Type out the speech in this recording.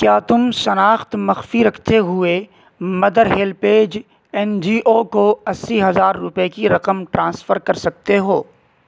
کیا تم شناخت مخفی رکھتے ہوئے مدر ہیلپیج این جی او کو اسی ہزار روپے کی رقم ٹرانسفر کر سکتے ہو